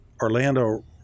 Orlando